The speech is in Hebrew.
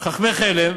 חכמי חלם